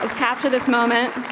capture this moment.